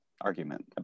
argument